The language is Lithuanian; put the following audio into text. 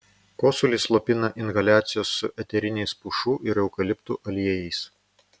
kosulį slopina inhaliacijos su eteriniais pušų ir eukaliptų aliejais